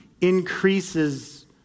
increases